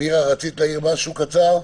מירה, רצית להעיר משהו קצר?